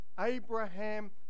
Abraham